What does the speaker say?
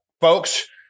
Folks